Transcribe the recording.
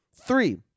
three